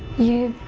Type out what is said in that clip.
you.